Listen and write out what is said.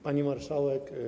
Pani Marszałek!